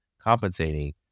compensating